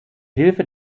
hilfe